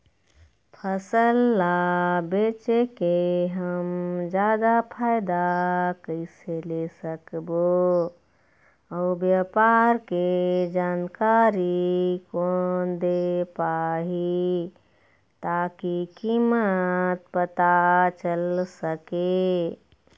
फसल ला बेचे के हम जादा फायदा कैसे ले सकबो अउ व्यापार के जानकारी कोन दे पाही ताकि कीमत पता चल सके?